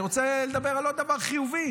אני רוצה לדבר על עוד דבר חיובי.